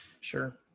Sure